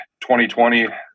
2020